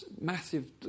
Massive